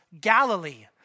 Galilee